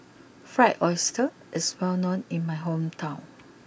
Fried Oyster is well known in my hometown